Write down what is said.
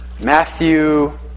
Matthew